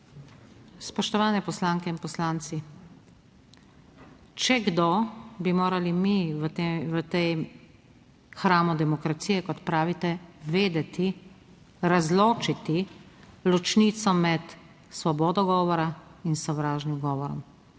Spoštovani poslanke in poslanci! Če kdo, bi morali mi v tem hramu demokracije, kot pravite, vedeti, razločiti ločnico med svobodo govora in sovražnim govorom.